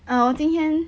uh 我今天